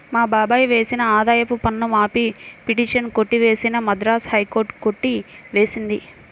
మా బాబాయ్ వేసిన ఆదాయపు పన్ను మాఫీ పిటిషన్ కొట్టివేసిన మద్రాస్ హైకోర్టు కొట్టి వేసింది